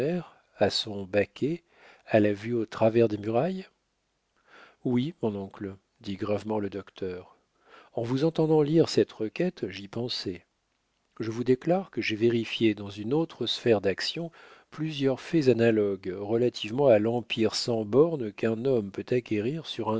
à son baquet à la vue au travers des murailles oui mon oncle dit gravement le docteur en vous entendant lire cette requête j'y pensais je vous déclare que j'ai vérifié dans une autre sphère d'action plusieurs faits analogues relativement à l'empire sans bornes qu'un homme peut acquérir sur un